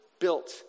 built